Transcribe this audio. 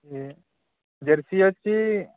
J jersey వచ్చీ